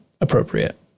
appropriate